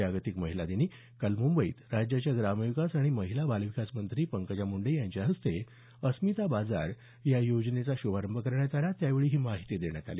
जागतिक महिला दिनी काल मुंबईत राज्याच्या ग्रामविकास आणि महिला बाल विकास मंत्री पंकजा मुंडे यांच्या हस्ते या अस्मिता बाजार योजनेचा श्रभारंभ करण्यात आला त्यावेळी ही माहिती देण्यात आली